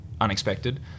unexpected